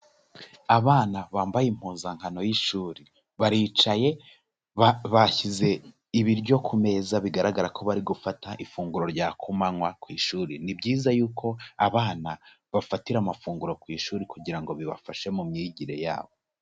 Abana bambaye impuzankano y'ishuri, baricaye bashyize ibiryo ku meza bigaragara ko bari gufata ifunguro rya kumanywa ku ishuri, ni byiza yuko abana babafatira amafunguro ku ishuri kugira ngo bibafashe mu myigire yabo.